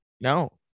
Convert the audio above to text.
No